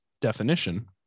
definition